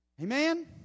Amen